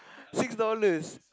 six dollars